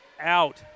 out